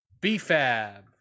B-Fab